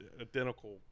identical